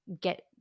get